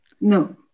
No